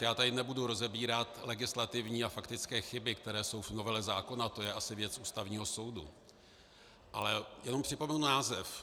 Já tady nebudu rozebírat legislativní a faktické chyby, které jsou v novele zákona, to je asi věc Ústavního soudu, ale jenom připomenu název.